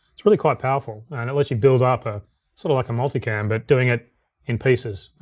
it's really quite powerful and it lets you build up ah sorta like a multicam, but doing it in pieces.